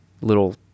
little